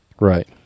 Right